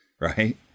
Right